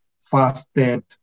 fasted